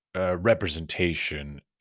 Representation